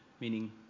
meaning